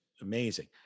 amazing